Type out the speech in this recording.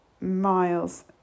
miles